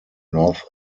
north